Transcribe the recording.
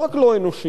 לא רק לא אנושי,